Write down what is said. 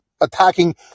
attacking